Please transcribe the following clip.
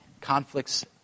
conflicts